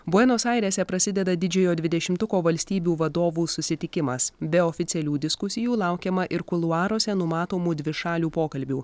buenos airėse prasideda didžiojo dvidešimtuko valstybių vadovų susitikimas be oficialių diskusijų laukiama ir kuluaruose numatomų dvišalių pokalbių